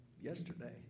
yesterday